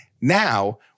Now